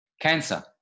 Cancer